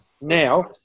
now